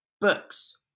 books